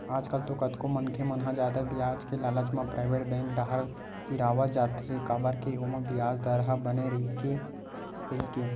आजकल तो कतको मनखे मन ह जादा बियाज के लालच म पराइवेट बेंक डाहर तिरावत जात हे काबर के ओमा बियाज दर ह बने रहिथे कहिके